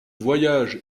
voyage